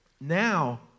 Now